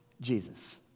Jesus